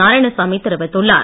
நாராயணசாமி தெரிவித்துள்ளார்